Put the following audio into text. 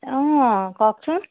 অঁ কওকচোন